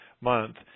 month